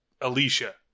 Alicia